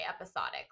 episodic